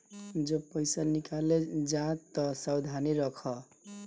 जब पईसा निकाले जा तअ सावधानी रखअ